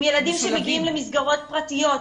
הם ילדים שמגיעים למסגרות פרטיות,